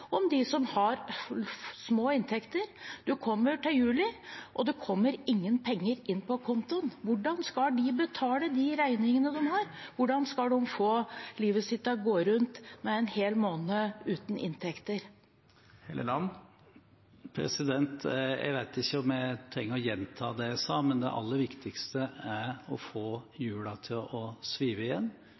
om dem som har små inntekter. En kommer til juli, og det kommer ingen penger inn på kontoen. Hvordan skal de betale de regningene de har, hvordan skal de få livet til å gå rundt med en hel måned uten inntekter? Jeg vet ikke om jeg trenger å gjenta det jeg sa, men det aller viktigste er å få hjulene til å svive igjen